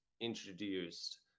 introduced